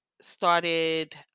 started